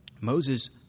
Moses